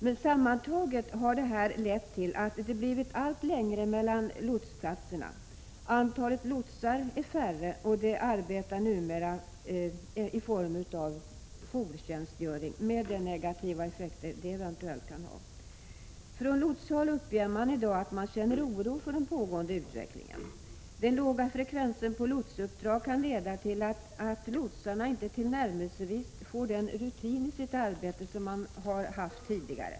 Men sammantaget har detta lett till att det blivit allt längre mellan lotsplatserna. Antalet lotsar är färre, och de arbetar numera i jourtjänstgöring med de negativa effekter det eventuellt kan ha. Från lotshåll uppger man i dag att man känner oro för den pågående utvecklingen. Den låga frekvensen på lotsuppdrag kan leda till att lotsarna inte tillnärmelsevis får den rutin i sitt arbete som de har haft tidigare.